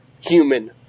human